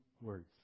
words